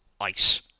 ice